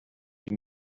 die